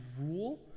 rule